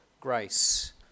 grace